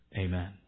Amen